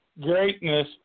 greatness